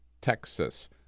Texas